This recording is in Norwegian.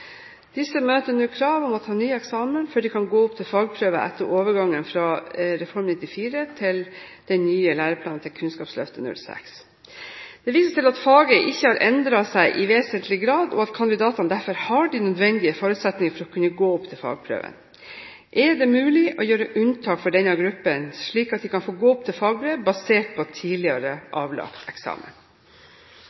Disse møter nå krav om å ta ny eksamen før de kan gå opp til fagprøve etter overgangen fra Reform 94 til læreplanene i Kunnskapsløftet, LK06. Det vises til at faget ikke har endret seg i vesentlig grad, og at kandidatene derfor har de nødvendige forutsetninger for å kunne gå opp til fagprøve. Er det mulig å gjøre unntak for denne gruppen, slik at de kan få gå opp til fagbrev, basert på tidligere